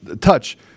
touch